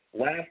Last